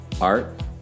art